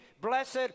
blessed